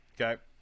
Okay